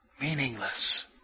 meaningless